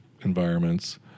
environments